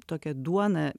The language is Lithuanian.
tokią duoną